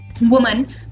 woman